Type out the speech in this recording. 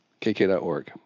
kk.org